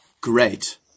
great